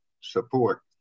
support